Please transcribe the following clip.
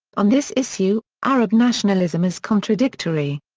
on this issue, arab nationalism is contradictory.